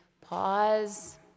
pause